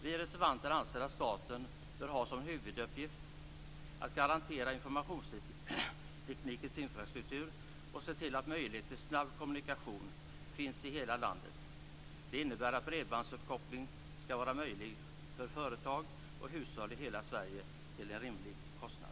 Vi reservanter anser att staten bör ha som huvuduppgift att garantera informationsteknikens infrastruktur och se till att möjligheter till snabb kommunikation finns i hela landet. Det innebär att bredbandsuppkoppling skall vara möjlig för företag och hushåll i hela Sverige till en rimlig kostnad.